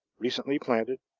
recently planted,